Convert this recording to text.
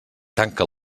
tanca